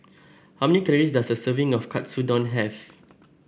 how many calories does a serving of Katsudon have